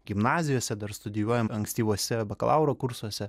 gimnazijose dar studijuojam ankstyvuose bakalauro kursuose